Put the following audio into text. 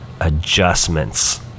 adjustments